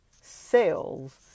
sales